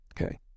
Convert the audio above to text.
Okay